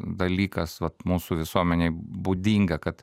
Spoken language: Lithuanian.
dalykas vat mūsų visuomenei būdinga kad